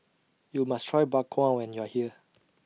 YOU must Try Bak Kwa when YOU Are here